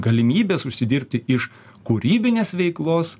galimybės užsidirbti iš kūrybinės veiklos